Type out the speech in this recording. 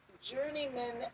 journeyman